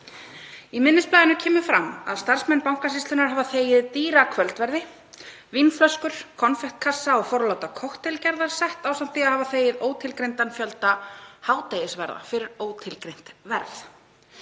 Í minnisblaðinu kemur fram að starfsmenn Bankasýslunnar hafi þegið dýra kvöldverði, vínflöskur, konfektkassa og forláta kokteilgerðarsett ásamt því að hafa þegið ótilgreindan fjölda hádegisverða fyrir ótilgreint verð.